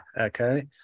Okay